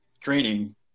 training